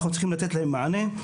אנחנו צריכים לתת להם מענה.